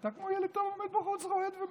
ואתה כמו ילד טוב עומד בחוץ ומעשן.